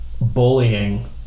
bullying